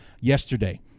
yesterday